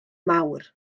mawr